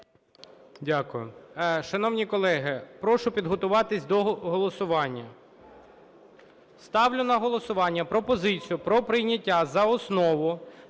Дякую. Шановні колеги, прошу підготуватись до голосування. Ставлю на голосування пропозицію про прийняття за основу